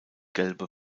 gelbe